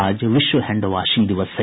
आज विश्व हैंडवाशिंग दिवस है